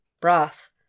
broth